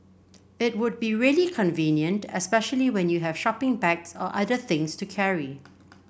it would be really convenient especially when you have shopping bags or other things to carry